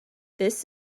this